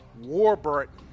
Warburton